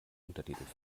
untertiteln